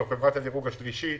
זאת חברת הדירוג השלישית.